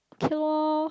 okay lor